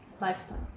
Lifestyle